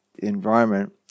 Environment